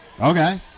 Okay